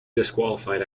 disqualified